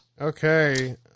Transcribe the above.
Okay